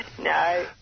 No